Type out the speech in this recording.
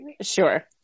Sure